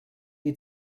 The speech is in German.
die